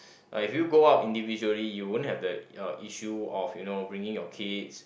uh if you go out individually you won't have the uh issue of you know bringing your kids